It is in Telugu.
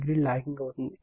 86o లాగింగ్ అవుతుంది